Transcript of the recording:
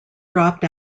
dropped